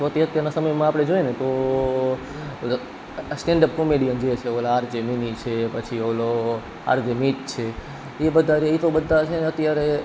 તો તે અત્યારના સમયમાં આપણે જોઈએ ને તો સ્ટેન્ડ અપ કોમેડીયન જોઈએ છે આરજે મીમી છે પછી ઓલો આરજે મીત છે એ બધા એ તો બધા તો છે ને અત્યારે